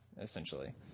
essentially